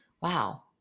Wow